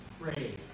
pray